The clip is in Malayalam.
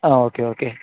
ആ ഓക്കെ ഓക്കെ